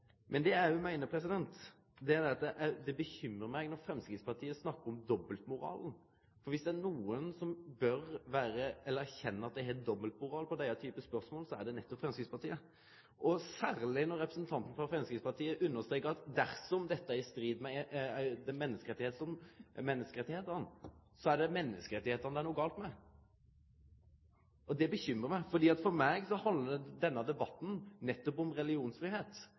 Det som òg bekymrar meg, er når Framstegspartiet snakkar om dobbeltmoral, for dersom det er nokon som bør erkjenne at dei har dobbeltmoral i denne typen spørsmål, er det nettopp Framstegspartiet – særleg når representanten frå Framstegspartiet understrekar at dersom dette er i strid med menneskerettane, er det menneskerettane det er noko gale med. Det bekymrar meg. For meg handlar denne debatten nettopp om